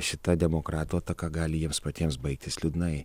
šita demokratų ataka gali jiems patiems baigtis liūdnai